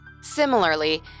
Similarly